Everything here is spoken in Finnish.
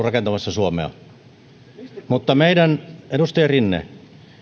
rakentamassa suomea edustaja rinne